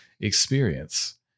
experience